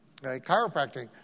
Chiropractic